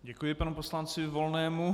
Děkuji panu poslanci Volnému.